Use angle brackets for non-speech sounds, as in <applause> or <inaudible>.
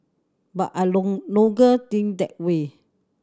but I <unintelligible> think that way